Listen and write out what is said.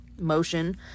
motion